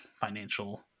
financial